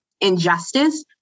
injustice